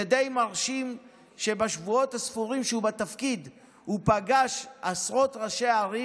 זה די מרשים שבשבועות הספורים שהוא בתפקיד הוא פגש עשרות ראשי ערים.